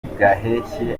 gaheshyi